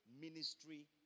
ministry